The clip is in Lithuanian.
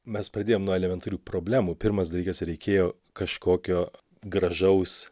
mes pradėjom nuo elementarių problemų pirmas dalykas reikėjo kažkokio gražaus